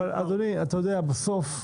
אבל אדוני, אתה יודע, בסוף,